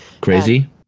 Crazy